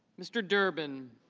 mr. durbin